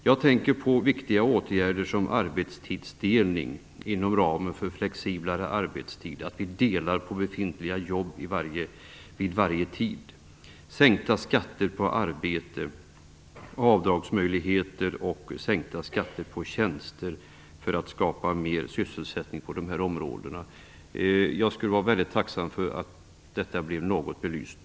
Jag tänker på viktiga åtgärder som arbetstidsdelning inom ramen för flexiblare arbetstid: att vi delar på befintliga jobb vid varje tidpunkt, sänkta skatter på arbete, avdragsmöjligheter och sänkta skatter på tjänster för att skapa mer sysselsättning på dessa områden. Jag skulle vara väldigt tacksam om detta blev något belyst.